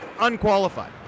unqualified